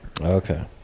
Okay